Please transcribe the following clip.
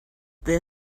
their